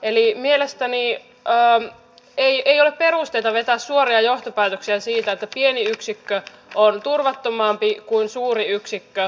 eli mielestäni ei ole perusteita vetää suoria johtopäätöksiä siitä että pieni yksikkö on turvattomampi kuin suuri yksikkö